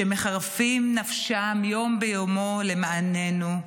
שמחרפים נפשם מדי יום ביומו למעננו,